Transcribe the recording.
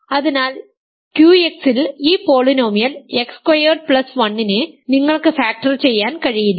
അതിനാൽ QX ൽ ഈ പോളിനോമിയൽ എക്സ് സ്ക്വയേർഡ് പ്ലസ് 1 നെ നിങ്ങൾക്ക് ഫാക്ടർ ചെയ്യാൻ കഴിയില്ല